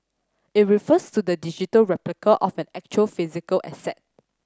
it refers to the digital replica of an actual physical asset